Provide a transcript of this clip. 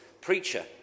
preacher